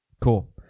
Cool